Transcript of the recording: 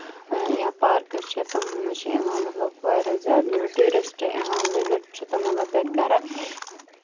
یا پارکہٕ چھےٚ تٔمۍ چھِ یِوان واریاہ زیادٕ یِوان مطلب ٹوٗرِسٹ یِوان وِزِٹ چھِ تِم مطلب تَتہِ کران